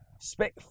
spec